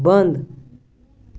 بَنٛد